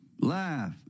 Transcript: laugh